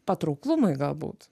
patrauklumui galbūt